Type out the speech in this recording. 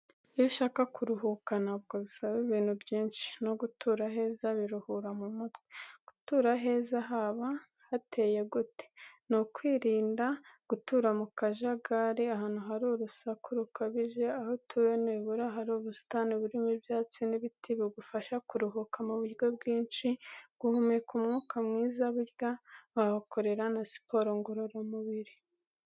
Iyo ushaka kuruhuka ntabwo bisaba ibintu byinshi, no gutura aheza biruhura mu mutwe. Gutura aheza haba hateye gute? Ni ukwirinda gutura mu kajagari, ahantu hari urusaku rukabije, aho utuye nibura hari ubusitani burimo ibyatsi n'ibiti bigufasha kuruhuka mu buryo bwinshi, guhumeka umwuka mwiza, burya wahakorera na siporo ngororamubiri.